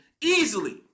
easily